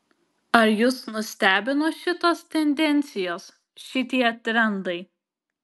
ar jus nustebino šitos tendencijos šitie trendai